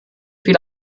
viel